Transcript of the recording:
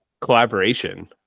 collaboration